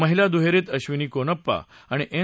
महिला दुहेरीत अक्विनी कोनप्पा आणि एन